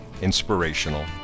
inspirational